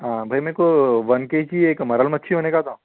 ہاں بھائی میرے کو ون کے جی ایک مرل مچھی ہونے کا تھا